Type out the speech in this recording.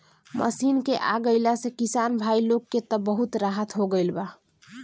machine के आ गईला से किसान भाई लोग के त बहुत राहत हो गईल बा